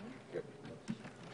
טוב.